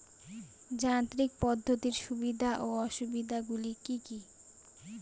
যান্ত্রিক পদ্ধতির সুবিধা ও অসুবিধা গুলি কি কি?